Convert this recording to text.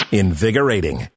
invigorating